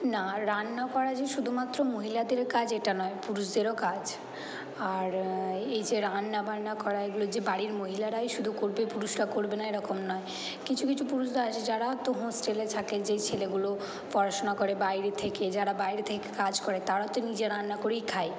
না রান্না করা যে শুধুমাত্র মহিলাদের কাজ এটা নয় পুরুষদেরও কাজ আর এই যে রান্না বান্না করা এগুলো যে বাড়ির মহিলারাই শুধু করবে পুরুষরা করবে না এরকম নয় কিছু কিছু পুরুষরা আছে যারা তো হোস্টেলে থাকে যেই ছেলেগুলো পড়াশুনা করে বাইরে থেকে যারা বাইরে থেকে কাজ করে তারা তো নিজে রান্না করেই খায়